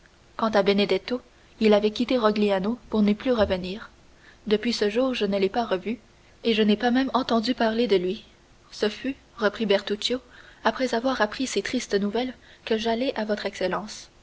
quant à benedetto il avait quitté rogliano pour n'y plus revenir depuis ce jour je ne l'ai pas revu et je n'ai pas même entendu parler de lui ce fut reprit bertuccio après avoir appris ces tristes nouvelles que j'allai à votre excellence